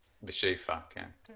בשאיפה, כן.